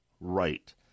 right